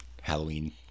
Halloween